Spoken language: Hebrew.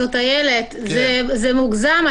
מוגזם.